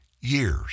years